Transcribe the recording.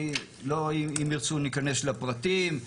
אם ירצו ניכנס לפרטים.